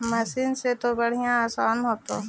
मसिनमा से तो बढ़िया आसन हो होतो?